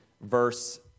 verse